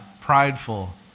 prideful